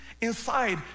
inside